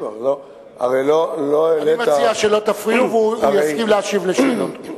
אני מציע שלא תפריעו, והוא יסכים לענות על שאלות.